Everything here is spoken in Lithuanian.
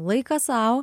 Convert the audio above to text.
laiką sau